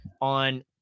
on